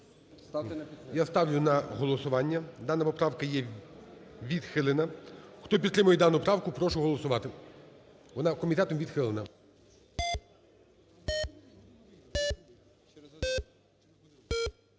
Я ставлю на голосування. Дана поправка є відхилена. Хто підтримає дану правку, прошу голосувати. Вона комітетом відхилена.